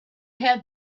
had